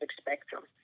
spectrum